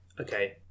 Okay